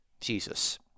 Jesus